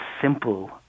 simple